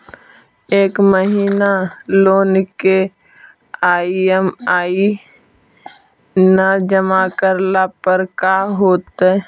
एक महिना लोन के ई.एम.आई न जमा करला पर का होतइ?